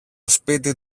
σπίτι